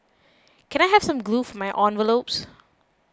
can I have some glue for my envelopes